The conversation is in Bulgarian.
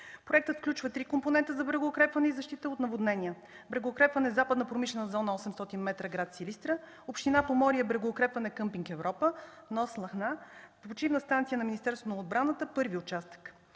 Проектът включва три компонента за брегоукрепване и защита от наводнения: „Брегоукрепване Западна промишлена зона – 800 метра, град Силистра”; „Община Поморие – Брегоукрепване къмпинг „Европа” – нос „Лахна” – Почивна станция на Министерството на отбраната – първи участък;